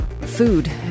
food